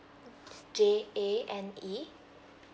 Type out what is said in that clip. J A N E